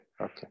okay